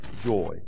joy